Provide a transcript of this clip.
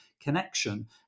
connection